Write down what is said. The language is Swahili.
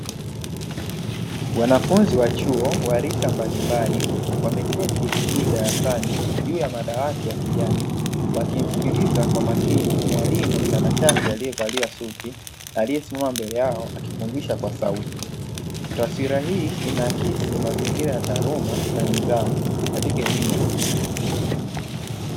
Wanafunzi wa chuo wa rika mbalimbali, wameketi vizuri darasani juu ya madawati ya kijani, wakimsikiliza kwa makini mwalimu mtanashati aliyevalia suti, aliyesimama mbele yao akifundisha kwa sauti. Taswira hii inaakisi mazingira ya elimu na nidhamu katika elimu ya juu.